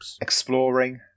Exploring